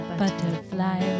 butterfly